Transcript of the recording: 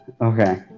okay